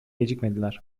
gecikmediler